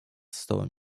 stołem